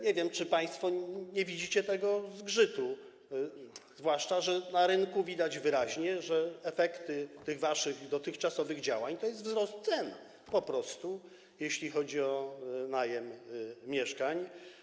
Nie wiem, czy państwo nie widzicie tego zgrzytu, zwłaszcza że na rynku widać wyraźnie, że efekty waszych dotychczasowych działań to jest po prostu wzrost cen, jeśli chodzi o najem mieszkań.